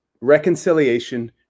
reconciliation